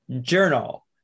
journal